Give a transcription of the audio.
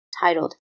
titled